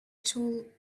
tall